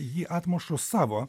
jį atmušu savo